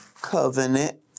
Covenant